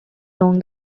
long